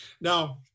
Now